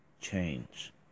change